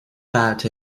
about